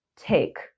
take